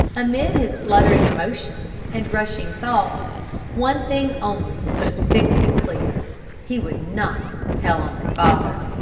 amid his fluttering emotions and rushing thoughts one thing only stood fixed and clear he would not tell on his father.